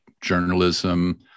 journalism